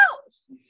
house